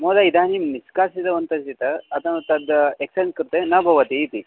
महोदय इदानीं निष्कासितवन्तः चेत् अतः तद् एक्सचेञ्ज् कृते न भवति इति